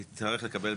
היא מאוד קשה.